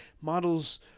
models